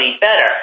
better